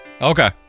Okay